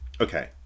okay